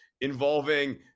involving